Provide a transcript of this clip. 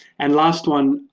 and last one.